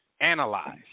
analyze